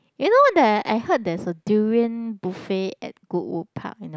you know that I heard there's a durian buffet at Goodwood Park you know